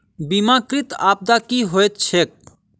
बीमाकृत आपदा की होइत छैक?